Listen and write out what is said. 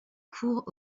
cours